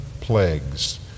plagues